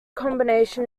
combination